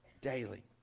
Daily